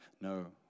no